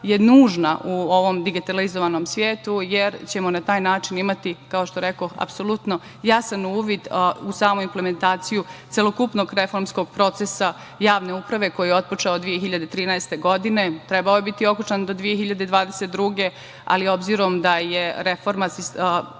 je nužna u ovom digitalizovanom svetu, jer ćemo na taj način imati, kao što rekoh, apsolutno jasan uvid u samu implementaciju celokupnog reformskog procesa javne uprave koji je otpočeo 2013. godine. Trebao je biti okončan do 2022. godine, ali obzirom da je reforma